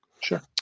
Sure